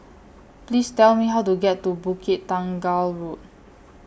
Please Tell Me How to get to Bukit Tunggal Road